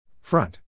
Front